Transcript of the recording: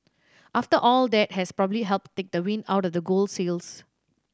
after all that has probably helped take the wind out of gold's sails